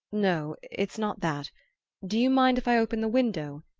no it's not that do you mind if i open the window?